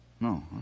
No